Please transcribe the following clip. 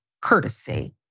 courtesy